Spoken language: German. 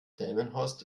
delmenhorst